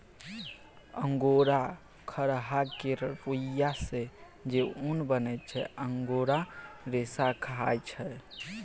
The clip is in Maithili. अंगोरा खरहा केर रुइयाँ सँ जे उन बनै छै अंगोरा रेशा कहाइ छै